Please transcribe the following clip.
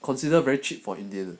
consider very cheap for indian